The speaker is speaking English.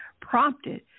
prompted